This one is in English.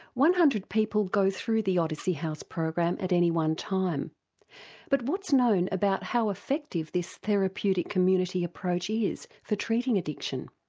one hundred people go through the odyssey house program at any one time but what's known about how effective this therapeutic community approach is for treating addiction?